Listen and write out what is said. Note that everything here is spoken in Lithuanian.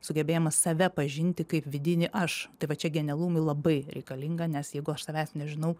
sugebėjimas save pažinti kaip vidinį aš tai va čia genialumui labai reikalinga nes jeigu aš savęs nežinau